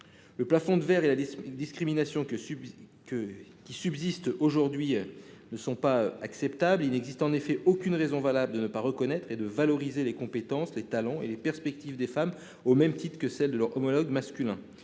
Le plafond de verre et la discrimination qui subsistent ne sont pas acceptables. Il n'existe en effet aucune raison valable de ne pas reconnaître et de ne pas valoriser les compétences, les talents et les perspectives de carrière des femmes, au même titre que ceux de leurs homologues masculins.